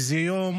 וזה יום